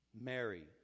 Mary